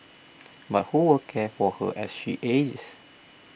but who will care for her as she ages